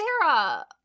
Sarah